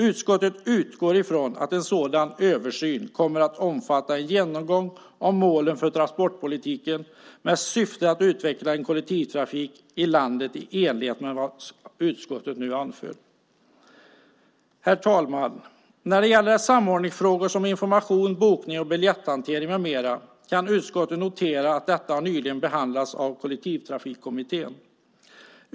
Utskottet utgår från att en sådan översyn kommer att omfatta en genomgång av målen för transportpolitiken med syfte att utveckla en kollektivtrafik i landet i enlighet med vad utskottet nu anför. Herr talman! När det gäller samordningsfrågor som information, bokning, biljetthantering med mera kan utskottet notera att detta nyligen har behandlats av Kollektivtrafikkommittén.